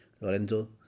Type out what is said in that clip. lorenzo